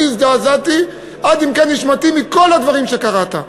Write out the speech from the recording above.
אני הזדעזעתי עד עמקי נשמתי מכל הדברים שקראת.